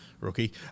Rookie